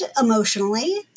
emotionally